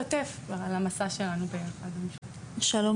על מנת לשתף אתכם מנקודת המבט שלה על המסע שלנו יחד.